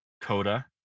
Coda